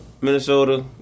Minnesota